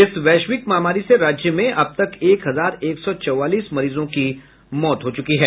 इस वैश्विक महामारी से राज्य में अब तक एक हजार एक सौ चौवालीस मरीजों की मौत हो चुकी है